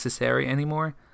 anymore